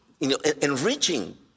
enriching